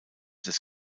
des